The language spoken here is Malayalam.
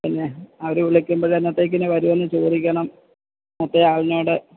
പിന്നെ അവര് വിളിക്കുമ്പോള് എന്നത്തേക്ക് വരുമെന്ന് ചോദിക്കണം മറ്റേ ആളിനോട്